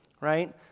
right